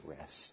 rest